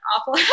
awful